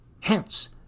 Hence